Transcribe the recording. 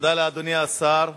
תודה לאדוני השר.